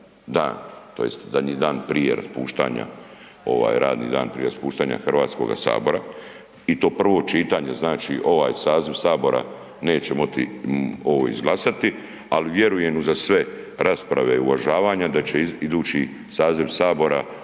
ovaj radni dan prije raspuštanja Hrvatskoga sabora i to prvo čitanje, znači ovaj saziv Sabora neće moći ovo izglasati ali vjerujem uza sve rasprave uvažavanja, da će idući saziv Sabora